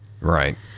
Right